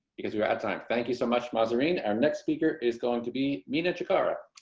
because we're out of time. thank you so much mothering. our next speaker is going to be mina cikara.